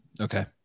Okay